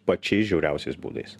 pačiais žiauriausiais būdais